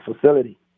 facility